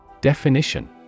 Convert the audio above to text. Definition